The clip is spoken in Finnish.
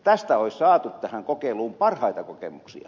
tästä olisi saatu tähän kokeiluun parhaita kokemuksia